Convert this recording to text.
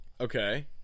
Okay